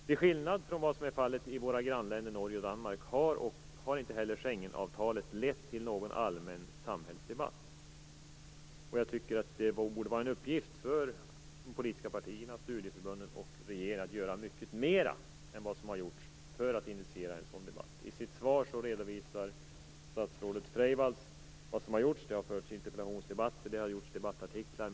Till skillnad från vad som är fallet i våra grannländer Norge och Danmark har inte Schengenavtalet lett till någon allmän samhällsdebatt. Jag tycker att det borde vara en uppgift för de politiska partierna, studieförbunden och regeringen att göra mycket mer än vad som har gjorts för att initiera en sådan debatt. I sitt svar redovisar statsrådet Freivalds vad som har gjorts. Det har förts interpellationsdebatter och det har skrivits debattartiklar.